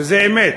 וזו אמת,